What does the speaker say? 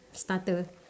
starter